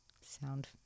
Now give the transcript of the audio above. sound